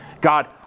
God